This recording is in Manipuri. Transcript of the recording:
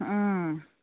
ꯎꯝ